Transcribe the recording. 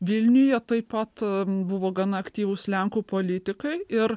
vilniuje taip pat buvo gana aktyvūs lenkų politikai ir